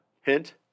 hint